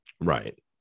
right